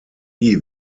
lee